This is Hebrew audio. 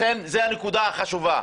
לכן זאת הנקודה החשובה.